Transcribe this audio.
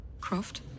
Croft